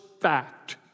fact